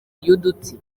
y’udutsi